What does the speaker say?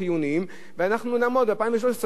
ואנחנו נעמוד ב-2013 בגזירות כאלה.